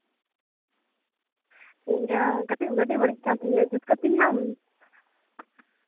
ᱤᱭᱟᱹ ᱠᱟᱹᱴᱤᱡ ᱜᱟᱹᱰᱤ ᱵᱟᱹᱲᱤᱡ ᱟᱠᱟᱱ ᱛᱤᱧᱟᱹ ᱡᱩᱛ ᱠᱟᱹᱛᱤᱧᱟᱢ